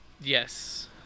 yes